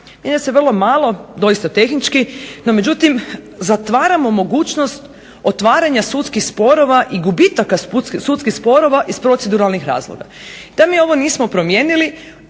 Mijenja se vrlo malo, doista tehnički, no međutim zatvaramo mogućnost otvaranja sudskih sporova i gubitaka sudskih sporova iz proceduralnih razloga. Da mi ovo nismo promijenili